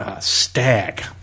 Stag